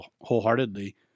wholeheartedly